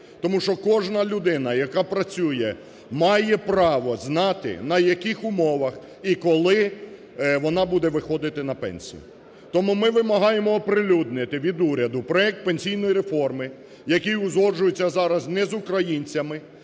тому що кожна людина, яка працює, має право знати, на яких умовах і коли вона буде виходити на пенсію. Тому ми вимагаємо оприлюднити від уряду проект пенсійної реформи, який узгоджується зараз не з українцями,